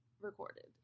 recorded